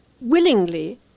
willingly